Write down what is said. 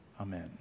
Amen